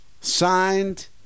Signed